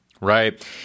Right